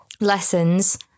lessons